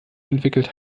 entwickelt